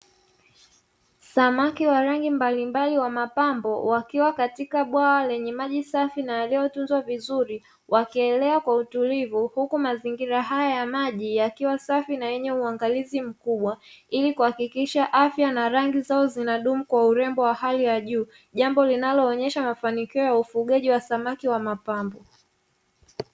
Samaki wa rangi mbalimbali wa mapambo, wakiwa katika bwawa lenye maji safi na yaliyotunzwa vizuri, wakielea utulivu, huku mazingira haya ya maji yakiwa safi na yenye uangalizi mkubwa ili kuhakikisha afya na rangi zao zinadumu kwa urembo wa hali ya juu, jambo linaloonyesha mafanikio ya ufugaji wa samaki wa mapambo.